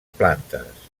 plantes